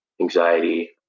anxiety